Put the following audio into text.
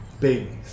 babies